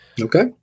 Okay